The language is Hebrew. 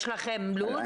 יש לכם לו"ז?